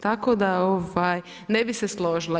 Tako da ne bi se složila.